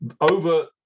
over